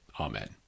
amen